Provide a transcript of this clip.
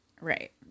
right